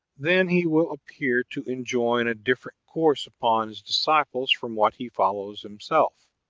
then he will appear to enjoin a different course upon his disciples from what he follows himself.